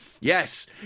Yes